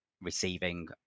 receiving